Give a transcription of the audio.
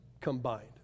combined